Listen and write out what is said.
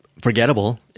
forgettable